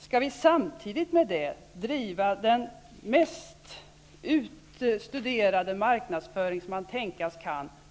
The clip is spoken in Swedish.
Skall vi samtidigt med det driva den mest utstuderade marknadsföring som kan tänkas,